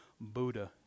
Buddha